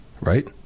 right